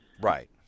Right